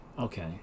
Okay